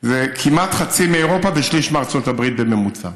זה כמעט חצי מאירופה ושליש מארצות הברית, בממוצע.